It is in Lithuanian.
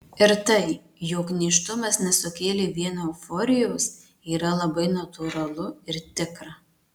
ir tai jog nėštumas nesukėlė vien euforijos yra labai natūralu ir tikra